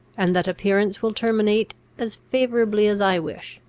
and that appearances will terminate as favourably as i wish,